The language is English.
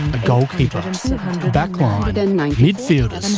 a goalkeeper, a backline, but and midfielders,